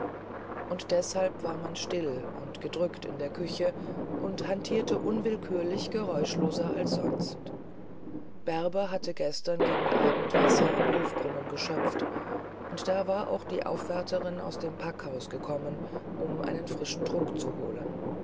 und deshalb war man still und gedrückt in der küche und hantierte unwillkürlich geräuschloser als sonst üblich bärbe hatte gestern gegen abend wasser am hofbrunnen geschöpft und da war auch die aufwärterin aus dem packhause gekommen um einen frischen trunk zu holen